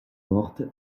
morte